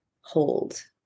hold